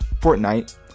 Fortnite